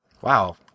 Wow